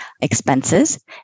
expenses